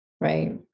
Right